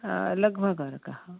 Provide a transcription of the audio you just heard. लघ्वाकारकः